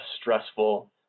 stressful